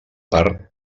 part